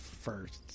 first